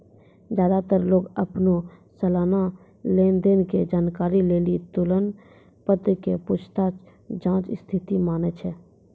ज्यादातर लोग अपनो सलाना लेन देन के जानकारी लेली तुलन पत्र के पूछताछ जांच स्थिति मानै छै